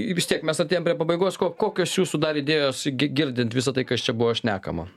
vis tiek mes artėjam prie pabaigos ko kokios jūsų dar idėjos gi girdint visa tai kas čia buvo šnekama